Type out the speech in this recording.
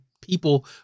people